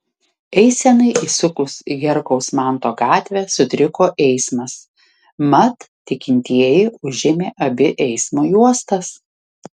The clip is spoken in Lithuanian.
eisenai įsukus į herkaus manto gatvę sutriko eismas mat tikintieji užėmė abi eismo juostas